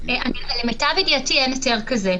למיטב ידיעתי אין היתר כזה.